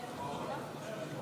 שאני אשמע.